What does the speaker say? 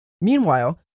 Meanwhile